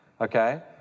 okay